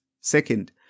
Second